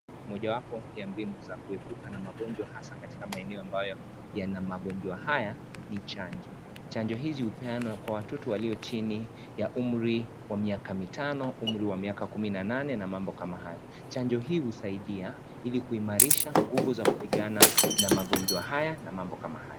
Moja wapo ya mbinu za kuepuka na magonjwa hasa katika maeneo ambayo yana magonjwa haya ni chanjo, chanjo hizi hupeanwa kwa watoto walio chini ya umri wa miaka mitano, umri wa miaka kumi na nane na mambo kama hayo, chanjo hii husaidia ili kuimarisha nguvu za kupigana na magonjwa haya na mambo kama haya.